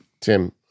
Tim